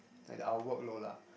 like our workload lah